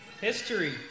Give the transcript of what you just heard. history